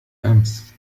أمس